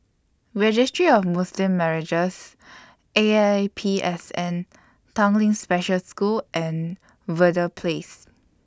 Registry of Muslim Marriages A I P S N Tanglin Special School and Verde Place